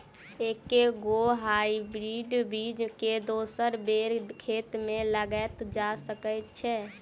एके गो हाइब्रिड बीज केँ दोसर बेर खेत मे लगैल जा सकय छै?